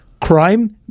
crime